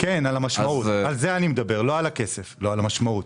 אני מדבר על המשמעות,